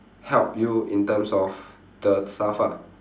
help you in terms of the stuff ah